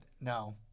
No